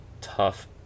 tough